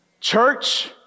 Church